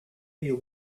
you